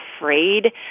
afraid